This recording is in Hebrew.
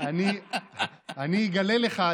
אני אגלה לך,